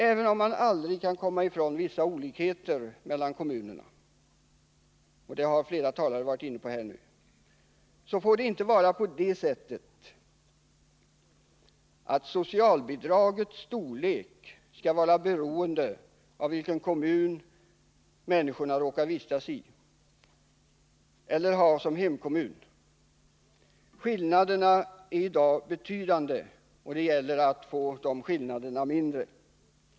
Även om man aldrig kan komma ifrån vissa olikheter mellan kommunerna — det har flera talare varit inne på — får det inte vara så att socialbidragets storlek skall vara beroende av vilken kommun människor råkar vistas i eller ha som hemkommun. Skillnaderna är i dag betydande, och det gäller att få de skillnaderna mindre.